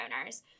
owners –